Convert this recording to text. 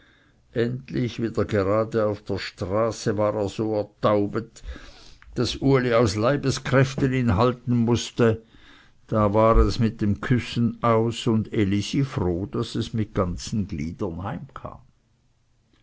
endlich wieder gerade auf der straße war er so ertaubet daß uli aus leibeskräften ihn halten mußte da war es mit dem küssen aus und elisi froh daß es mit ganzen gliedern heimkam